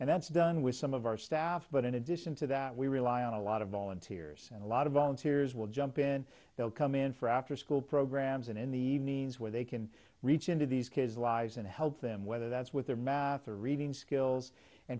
and that's done with some of our staff but in addition to that we rely on a lot of volunteers and a lot of volunteers will jump in they'll come in for afterschool programs and in the evenings where they can reach into these kids lives and help them whether that's with their math or reading skills and